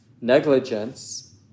negligence